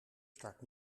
start